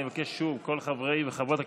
אני אבקש שוב, כל חברי וחברות הכנסת,